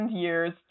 years